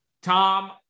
Tom